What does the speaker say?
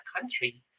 country